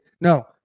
No